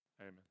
Amen